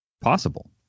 possible